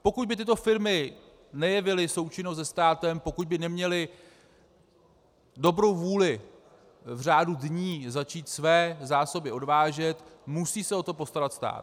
Pokud by tyto firmy nejevily součinnost se státem, pokud by neměly dobrou vůli v řádu dní začít své zásoby odvážet, musí se o to postarat stát.